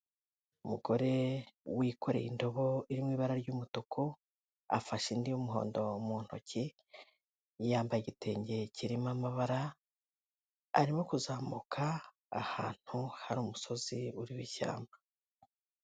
Umugore wikoreye indobo iri mu ibara ry'umutuku, afashe indi y'umuhondo mu ntoki, yambaye igitenge kirimo amabara, arimo kuzamuka ahantu hari umusozi uriho ishyamba.